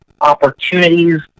opportunities